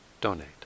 donate